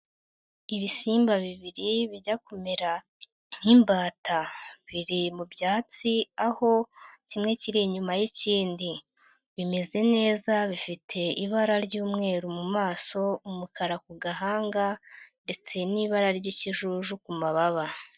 Ibisimba bibiri bijya kumera nk'imbata, biri mu byatsi aho kimwe kiri inyuma y'ikindi. Bimeze neza bifite ibara ry'umweru mu maso, umukara ku gahanga ndetse n'ibara ry'ikijuju ku mababa.